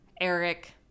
Eric